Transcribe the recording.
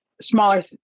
smaller